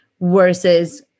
versus